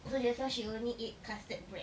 cause just now she only eat custard bread